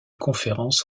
conférence